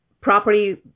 property